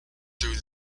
through